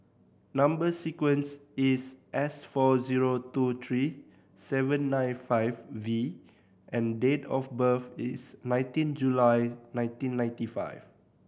number sequence is S four zero two three seven nine five V and date of birth is nineteen July nineteen ninety five